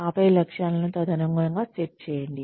ఆపై లక్ష్యాలను తదనుగుణంగా సెట్ చేయండి